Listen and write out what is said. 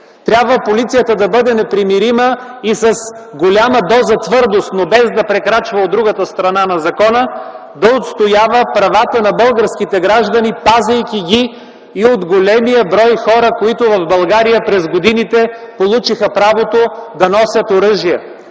трябва да бъде непримирима и с голяма доза твърдост, но без да прекрачва от другата страна на закона, да отстоява правата на българските граждани, пазейки ги и от големия брой хора, които в България през годините получиха правото да носят оръжие.